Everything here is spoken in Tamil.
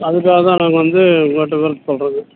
அதுக்காக தான் நாங்கள் வந்து இதுமாட்ட ஒர்க் பண்ணுறது